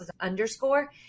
underscore